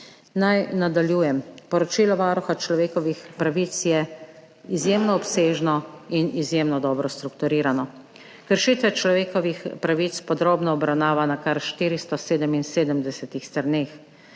Naj nadaljujem. Poročilo Varuha človekovih pravic je izjemno obsežno in izjemno dobro strukturirano. Kršitve človekovih pravic podrobno obravnava na kar 477 straneh,